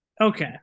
okay